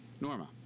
norma